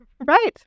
right